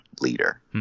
leader